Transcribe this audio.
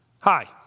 hi